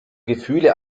gefühle